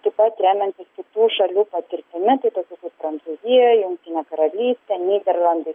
taip pat remiantis kitų šalių patirtimi tai tokių kaip prancūzija jungtinė karalystė nyderlandai